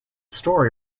story